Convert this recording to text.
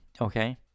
Okay